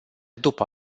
după